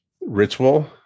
ritual